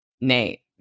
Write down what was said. nate